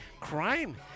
Crime